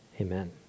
Amen